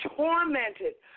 tormented